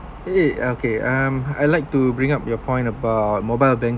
eh okay um I like to bring up your point about mobile banking